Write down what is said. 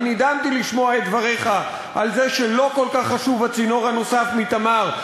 אני נדהמתי לשמוע את דבריך על זה שלא כל כך חשוב הצינור הנוסף מ"תמר".